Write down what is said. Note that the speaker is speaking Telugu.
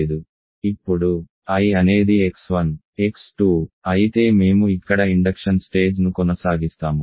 ఇప్పుడు I అనేది x1 x2 అయితే మేము ఇక్కడ ఇండక్షన్ స్టేజ్ ను కొనసాగిస్తాము